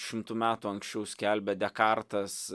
šimtu metų anksčiau skelbė dekartas